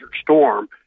Storm